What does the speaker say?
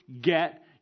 get